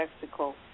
Mexico